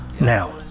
Now